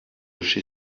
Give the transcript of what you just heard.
chez